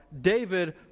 David